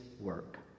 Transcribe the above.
work